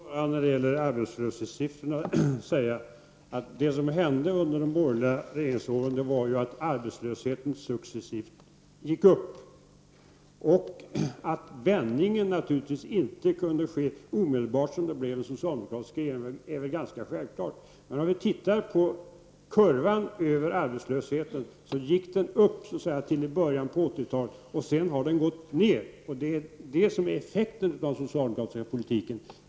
Herr talman! Låt mig när det gäller arbetslöshetssiffrorna säga att det som hände under de borgerliga regeringsåren var att arbetslösheten successivt ökade. Att vändningen inte kunde ske omedelbart när den socialdemokratiska regeringen tillträdde är ganska självklart. Kurvan över arbetslösheten gick upp till i början av 80-talet, och sedan har den gått ner. Det är effekten av den socialdemokratiska politiken.